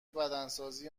بدنسازی